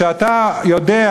שכשאתה רוצה,